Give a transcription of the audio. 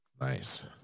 nice